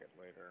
later